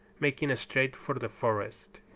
making straight for the forest.